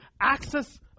access